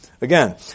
Again